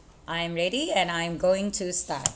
I am ready and I am going to start